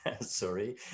sorry